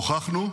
הוכחנו,